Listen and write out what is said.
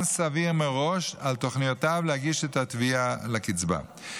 סביר מראש על תוכניותיו להגיש את התביעה לקצבה.